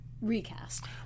recast